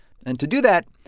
and to do that,